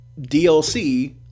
DLC